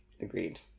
Agreed